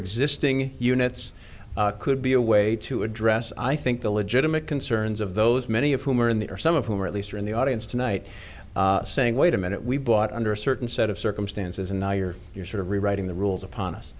existing units could be a way to address i think the legitimate concerns of those many of whom are in the or some of whom are at least are in the audience tonight saying wait a minute we bought under a certain set of circumstances and now you're you're sort of rewriting the rules upon us